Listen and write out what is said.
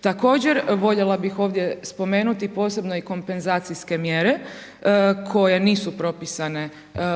Također voljela bih ovdje spomenuti posebno i kompenzacijske mjere, koje nisu propisane